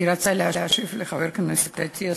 אני רוצה להשיב לחבר הכנסת אטיאס.